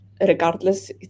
regardless